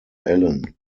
ellen